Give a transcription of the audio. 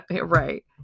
Right